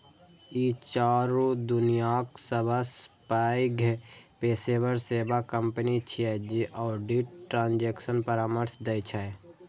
ई चारू दुनियाक सबसं पैघ पेशेवर सेवा कंपनी छियै जे ऑडिट, ट्रांजेक्शन परामर्श दै छै